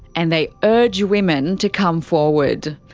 and they urge women to come forward.